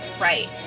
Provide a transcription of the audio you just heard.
Right